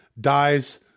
dies